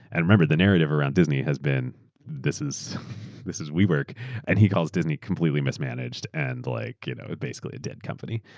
and remember, the narrative around disney has been this is this is wework and he calls disney completely mismanaged, and like you know and basically a dead company.